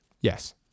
Yes